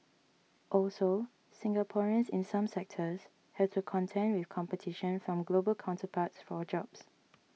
also Singaporeans in some sectors has to contend with competition from global counterparts for jobs